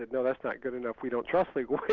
no, that's not good enough, we don't trust legal waivers.